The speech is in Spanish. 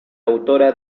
autora